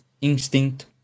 Instinct